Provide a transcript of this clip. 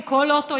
עם כל אוטו,